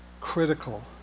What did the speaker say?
critical